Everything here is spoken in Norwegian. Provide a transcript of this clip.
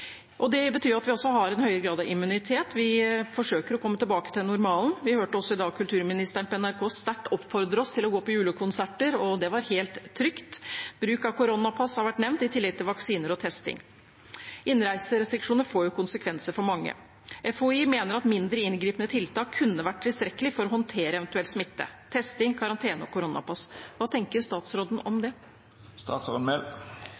og avgjørende endringer har funnet sted. Som det har blitt påpekt, ser vi nå en situasjon med økende smitte, men vi har også en høy vaksinasjonsgrad, selv om vi skulle ønske at den var enda høyere. Det betyr at vi også har en høyere grad av immunitet. Vi forsøker å komme tilbake til normalen. Vi hørte også i dag kulturministeren på NRK sterkt oppfordre oss til å gå på julekonserter, og det var helt trygt. Bruk av koronapass har vært nevnt, i tillegg til vaksiner og testing. Innreiserestriksjonene får konsekvenser for mange. FHI mener at